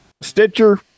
Stitcher